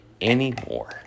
anymore